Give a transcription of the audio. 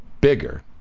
bigger